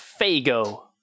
Fago